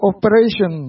Operation